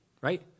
Right